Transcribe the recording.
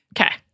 Okay